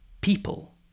people